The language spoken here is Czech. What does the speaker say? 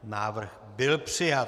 Návrh byl přijat.